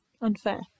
unfair